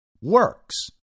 works